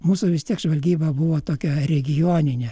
mūsų vis tiek žvalgyba buvo tokia regioninė